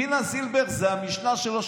דינה זילבר זו המשנה שלו,